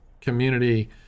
community